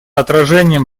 отражением